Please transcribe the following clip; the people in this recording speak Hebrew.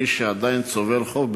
מי שעדיין צובר חוב,